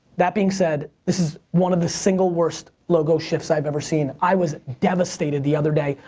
that being said, this is one of the single worst logo shifts i've ever seen. i was devastated the other day.